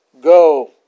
go